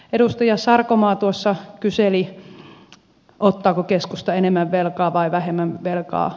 edustaja sarkomaa tuossa kyseli ottaako keskusta enemmän velkaa vai vähemmän velkaa